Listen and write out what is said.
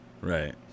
Right